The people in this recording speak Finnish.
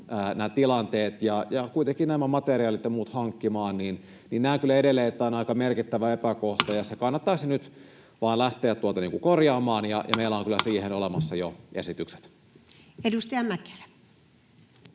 nämä tilanteet ja kuitenkin nämä materiaalit ja muut hankkimaan, niin tämä on aika merkittävä epäkohta ja se kannattaisi nyt vaan lähteä korjaamaan. Meillä on kyllä siihen olemassa jo esitykset. Edustaja Mäkelä.